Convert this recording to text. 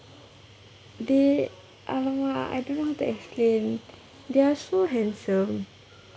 they !alamak! I don't know how to explain they are so handsome